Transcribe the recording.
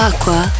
Aqua